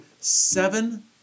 seven